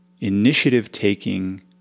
initiative-taking